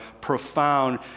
profound